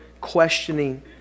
questioning